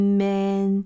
man